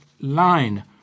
line